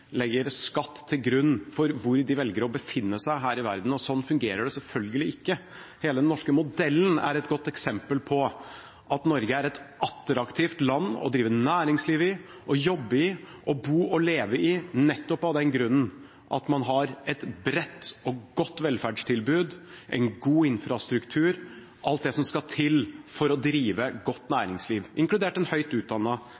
legger skatt til grunn for hvor de velger å befinne seg her i verden. Sånn fungerer det selvfølgelig ikke. Hele den norske modellen er et godt eksempel på at Norge er et attraktivt land å drive næringsliv i, å jobbe i, å bo og leve i, nettopp av den grunn at man har et bredt og godt velferdstilbud og en god infrastruktur – alt det som skal til for å drive et godt